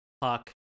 puck